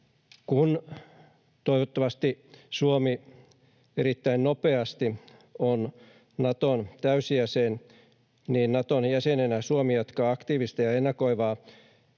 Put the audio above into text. Kun toivottavasti Suomi erittäin nopeasti on Naton täysjäsen, niin Naton jäsenenä Suomi jatkaa aktiivista ja ennakoivaa